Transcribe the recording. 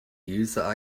user